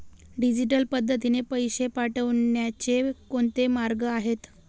Digital पद्धतीने पैसे पाठवण्याचे कोणते मार्ग आहेत?